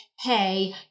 hey